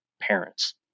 parents